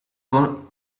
con